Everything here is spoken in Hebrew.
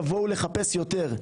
יבואו לחפש יותר.